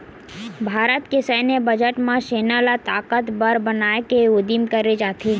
भारत के सैन्य बजट म सेना ल ताकतबर बनाए के उदिम करे जाथे